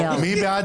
מי בעד